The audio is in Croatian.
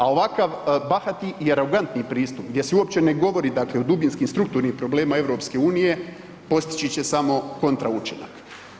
A ovakav bahati i arogantan pristup gdje se uopće ne govori dakle o dubinskim i strukturnim problemima EU postići će samo kontra učinak.